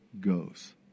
goes